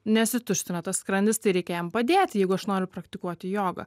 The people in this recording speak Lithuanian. nesituština tas skrandis tai reikia jam padėti jeigu aš noriu praktikuoti jogą